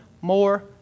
more